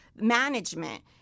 management